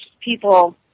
people